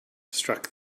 struck